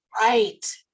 Right